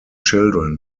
children